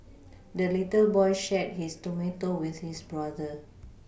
the little boy shared his tomato with his brother